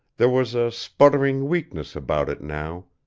there was a sputtering weakness about it now,